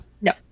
No